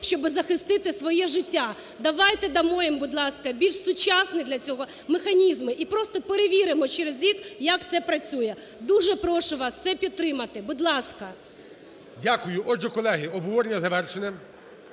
щоб захистити своє життя. Давайте дамо їм, будь ласка, більш сучасні для цього механізми. І просто перевіримо через рік, як це працює. Дуже прошу вас це підтримати, будь ласка! ГОЛОВУЮЧИЙ. Дякую. Отже, колеги, обговорення завершено.